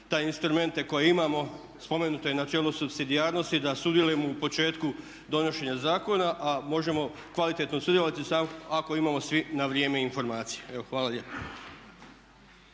te instrumente koje imamo. Spomenuto je načelo supsidijarnosti da sudjelujemo u početku donošenja zakona, a možemo kvalitetno sudjelovati samo ako imamo svi na vrijeme informacije. Evo,